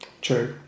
True